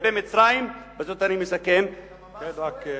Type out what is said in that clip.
לגבי מצרים, ובזאת אני מסכם, אתה ממש יועץ.